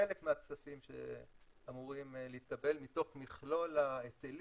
חלק מהכספים שאמורים להתקבל מתוך מכלול ההיטל